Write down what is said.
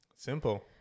Simple